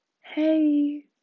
hey